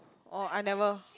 oh I never